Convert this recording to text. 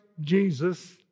Jesus